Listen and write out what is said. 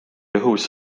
õhus